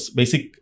basic